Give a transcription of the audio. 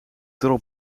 drop